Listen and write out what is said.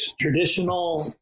traditional